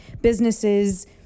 businesses